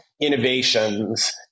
innovations